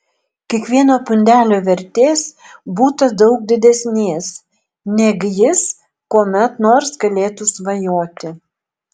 kiekvieno pundelio vertės būta daug didesnės neg jis kuomet nors galėtų svajoti